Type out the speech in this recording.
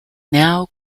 now